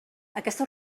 aquesta